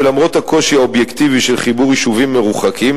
ולמרות הקושי האובייקטיבי של חיבור יישובים מרוחקים,